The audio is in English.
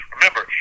Remember